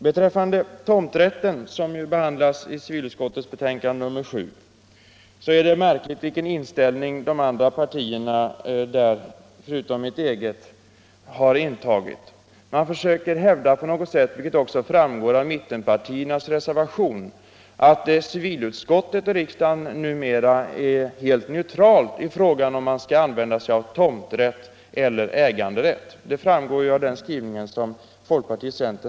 Beträffande tomträtten, som behandlas i civilutskottets betänkande nr 7, är det märkligt vilken inställning de båda andra borgerliga partierna har intagit. Man försöker på något sätt hävda, att civilutskottet och riksdagen numera är helt neutrala i fråga om man skall använda sig av tomträtt eller äganderätt. Man säger att enighet råder om att kommunen skall avgöra detta.